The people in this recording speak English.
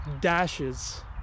dashes